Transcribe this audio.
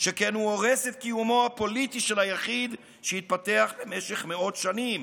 שכן הוא הורס את קיומו הפוליטי של היחיד שהתפתח במשך מאות שנים.